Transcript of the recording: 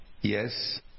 Yes